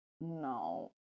no